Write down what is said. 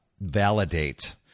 validate